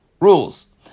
rules